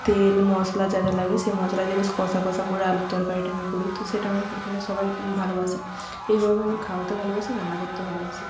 তেল মশলা যা যা লাগে সেই মশলা দিয়ে বেশ কষা কষা করে আলুর তরকারিটা আমি করি তো সেটা আমার এখানে সবাই ভালোবাসে এইভাবে আমি খাওয়াতে ভালোবাসি ও রান্না করতে ভালোবাসি